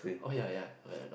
oh ya ya that I know